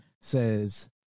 says